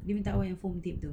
dia minta awak yang phone tip tu